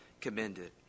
commended